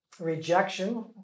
rejection